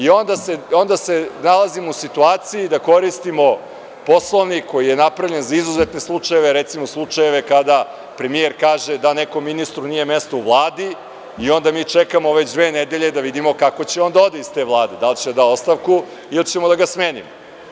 Onda se nalazimo u situaciji da koristimo Poslovnik koji je napravljen za izuzetne slučajeve, recimo slučajeve kada premijer kaže da nekom ministru nije mesto u Vladi i onda mi čekamo već dve nedelje da vidimo kako će on da ode iz te Vlade, da li će da ostavku ili ćemo da ga smenimo.